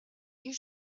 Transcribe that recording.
you